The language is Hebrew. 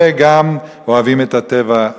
וגם הם אוהבים את הטבע,